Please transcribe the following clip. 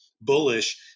bullish